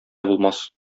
булмас